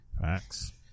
Facts